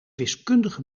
wiskundige